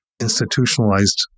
institutionalized